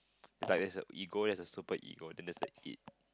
like there's a ego there's a superego then there's a it